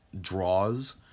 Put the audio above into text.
draws